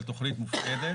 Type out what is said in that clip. על תכנית מופקדת,